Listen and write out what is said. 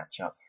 matchup